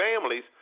families